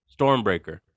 Stormbreaker